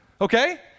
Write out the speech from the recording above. Okay